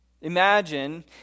Imagine